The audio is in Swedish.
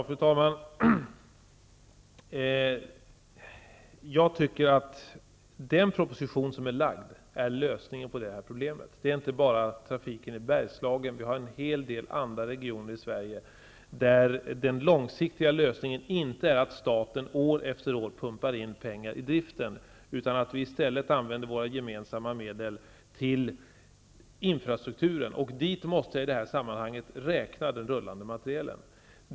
Fru talman! Jag tycker att den proposition som har lagts fram är lösningen på problemet. Det här gäller inte bara trafiken i Bergslagen. Det finns en hel del andra regioner i Sverige där den långsiktiga lösningen inte är att staten år efter år pumpar in pengar till driften, utan de gemensamma medlen bör i stället användas till infrastrukturen. Dit måste i det sammanhanget den rullande materielen räknas.